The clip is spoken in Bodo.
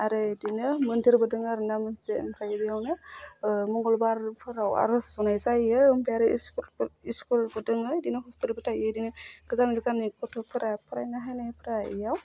आरो बिदिनो मन्दिरबो दङो आरो ना मोनसे ओमफ्राय बेयावनो मंगलबारफोराव आर'ज होनाय जायो ओमफ्राय आरो स्कुलफोर स्कुलबो दोङो बिदिनो हस्टेलबो थायो इमबिदिनो गोजान गोजाननि गथ'फोरा फरायनो हानायफोरा इयाव